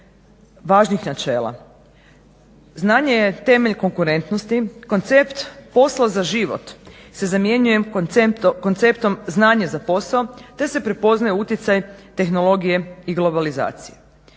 važnih načela. Znanje je temelj konkurentnosti, koncept posla za život se zamjenjuje konceptom znanje za posao te se prepoznaje utjecaj tehnologije i globalizacije.